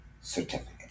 certificate